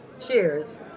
Cheers